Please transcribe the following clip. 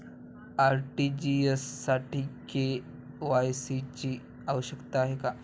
RTGS साठी KYC ची आवश्यकता आहे का?